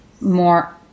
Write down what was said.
more